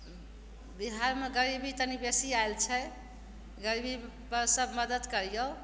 बिहारमे गरीबी तनी बेसी आयल छै गरीबीपर सब मदति करियौ